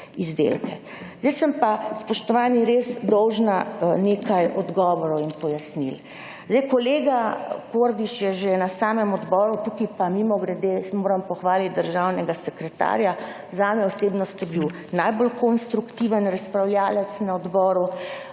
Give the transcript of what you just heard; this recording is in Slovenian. Zdaj sem pa, spoštovani, res dolžna nekaj odgovorov in pojasnil. Kolega Kordiš je že na seji odbora… Tu pa moram mimogrede pohvaliti državnega sekretarja. Zame osebno ste bili najbolj konstruktiven razpravljavec na seji odbora.